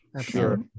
Sure